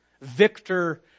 victor